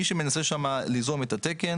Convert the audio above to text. מישהו מנסה שם ליזום את התקן